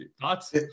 thoughts